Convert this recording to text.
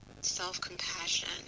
self-compassion